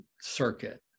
circuit